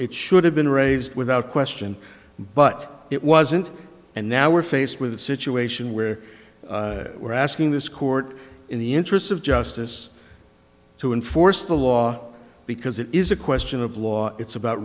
it should have been raised without question but it wasn't and now we're faced with a situation where we're asking this court in the interests of justice to enforce the law because it is a question of law it's about